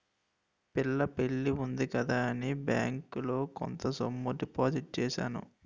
పిల్ల పెళ్లి ఉంది కదా అని బ్యాంకులో కొంత సొమ్ము డిపాజిట్ చేశాను